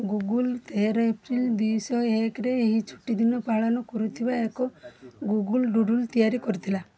Google ତେର April ଦିଦୁଇ ଶହ ଏକରେ ଏହି ଛୁଟି ଦିନ ପାଳନ କରୁଥିବା ଏକ ଗୁଗୁଲ୍ ଡ଼ୁଡ଼ୁଲ୍ ତିଆରି କରିଥିଲା